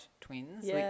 twins